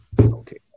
Okay